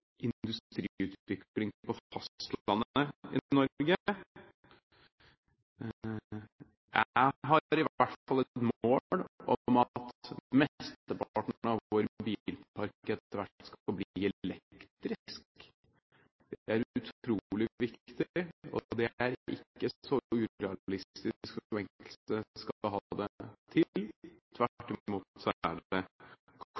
industriutvikling på fastlandet i Norge. Jeg har i hvert fall et mål om at mesteparten av vår bilpark etter hvert skal bli elektrisk. Det er utrolig viktig, og det er ikke så urealistisk som enkelte skal ha det til. Tvert imot er det